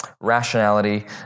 rationality